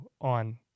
on